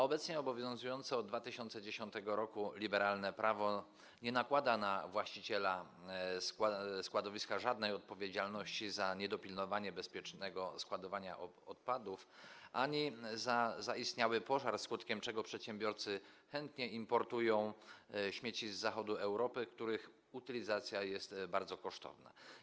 Obecnie obowiązujące od 2010 r. liberalne prawo nie nakłada na właściciela składowiska żadnej odpowiedzialności za niedopilnowanie bezpiecznego składowania odpadów ani za zaistniały pożar, skutkiem czego przedsiębiorcy chętnie importują śmieci z zachodu Europy, których utylizacja jest bardzo kosztowna.